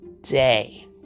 day